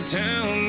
town